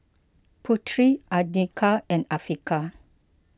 Putri andika and Afiqah